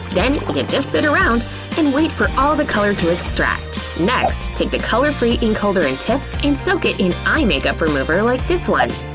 then you just sit around and wait for all the color to extract. next, take the color-free ink holder and tip and soak it in eye makeup remover like this one.